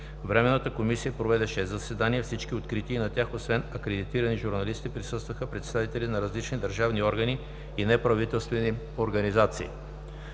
Времената комисия проведе шест заседания, всичките открити и на тях, освен акредитираните журналисти, присъстваха представители на различни държавни органи и неправителствени организации.